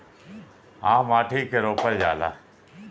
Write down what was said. आम के आंठी रोपल जाला